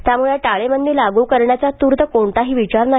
त्यामुळे टाळेबंदी लागू करण्याचा तूर्त कोणताही विचार नाही